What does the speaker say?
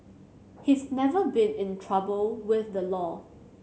he's never been in trouble with the law